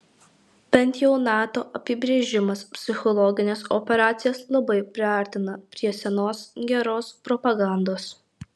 bent jau nato apibrėžimas psichologines operacijas labai priartina prie senos geros propagandos